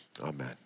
Amen